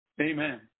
Amen